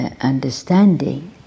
understanding